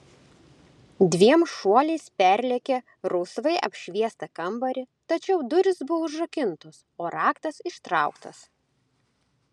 dviem šuoliais perlėkė rausvai apšviestą kambarį tačiau durys buvo užrakintos o raktas ištrauktas